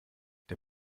der